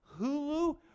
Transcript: Hulu